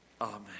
amen